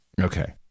Okay